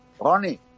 Ronnie